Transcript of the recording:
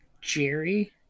Jerry